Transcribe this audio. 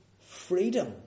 Freedom